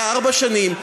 הוא היה ארבע שנים,